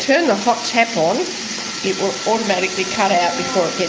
and the hot tap on it will automatically cut out before it gets